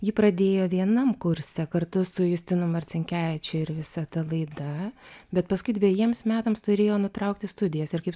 ji pradėjo vienam kurse kartu su justinu marcinkevičiu ir visa ta laida bet paskui dvejiems metams turėjo nutraukti studijas ir kaip